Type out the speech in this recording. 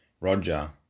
roger